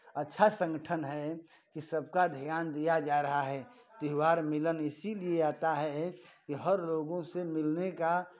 अच्छा संगठन है कि सबका ध्यान दिया जा रहा है त्योहार मिलन इसीलिए आता है की हर लोगों से मिलने का